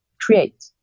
create